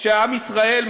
שעם ישראל,